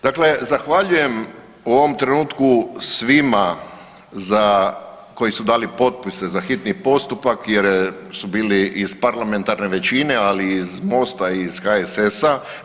Dakle, zahvaljujem u ovom trenutku svima koji su dali potpise za hitni postupak jer su bili iz parlamentarne većine, ali i iz Mosta i HSS-a.